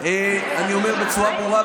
אני אומר בצורה ברורה,